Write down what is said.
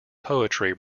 poetry